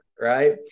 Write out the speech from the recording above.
right